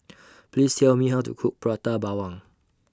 Please Tell Me How to Cook Prata Bawang